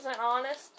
honest